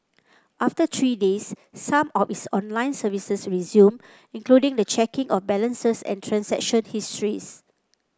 after three days some of its online services resumed including the checking of balances and transaction histories